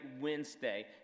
Wednesday